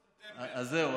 זהו.